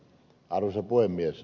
arvoisa puhemies